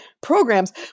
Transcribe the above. programs